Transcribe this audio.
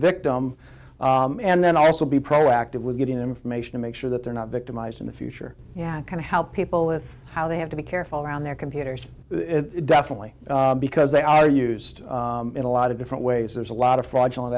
victim and then also be proactive with getting information to make sure that they're not victimized in the future yeah kind of how people with how they have to be careful around their computers definitely because they are used in a lot of different ways there's a lot of fraudulent